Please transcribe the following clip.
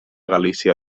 galícia